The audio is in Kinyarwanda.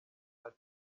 ati